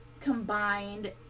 combined